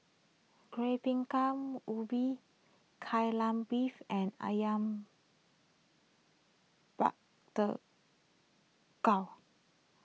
Kueh Bingka Ubi Kai Lan Beef and Ayam Buah